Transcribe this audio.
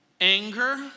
Anger